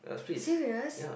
serious